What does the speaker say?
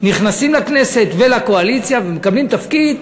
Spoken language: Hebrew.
נכנסים לכנסת ולקואליציה ומקבלים תפקיד,